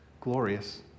glorious